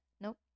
Nope